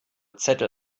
zettel